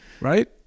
right